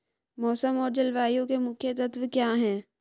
मौसम और जलवायु के मुख्य तत्व क्या हैं?